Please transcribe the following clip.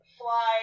fly